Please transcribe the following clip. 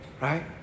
right